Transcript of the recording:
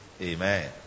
Amen